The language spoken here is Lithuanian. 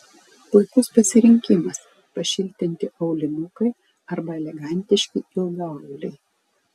puikus pasirinkimas pašiltinti aulinukai arba elegantiški ilgaauliai